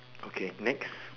okay next